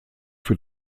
für